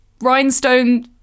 rhinestone